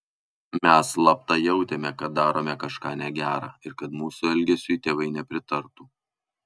mes slapta jautėme kad darome kažką negera ir kad mūsų elgesiui tėvai nepritartų